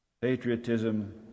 Patriotism